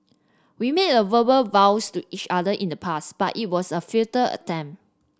we made a verbal vows to each other in the past but it was a futile attempt